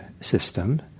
system